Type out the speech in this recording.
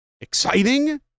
exciting